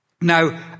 now